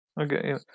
Okay